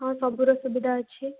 ହଁ ସବୁର ସୁବିଧା ଅଛି